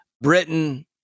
Britain